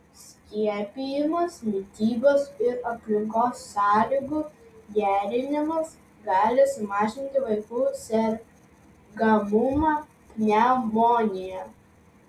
skiepijimas mitybos ir aplinkos sąlygų gerinimas gali sumažinti vaikų sergamumą pneumonija